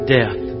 death